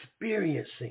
experiencing